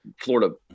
Florida